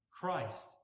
Christ